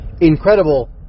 incredible